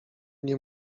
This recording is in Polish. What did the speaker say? nie